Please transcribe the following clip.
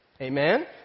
Amen